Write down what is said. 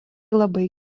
labai